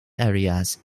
areas